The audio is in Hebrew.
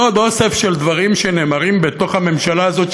ועוד אוסף של דברים שנאמרים בתוך הממשלה הזאת,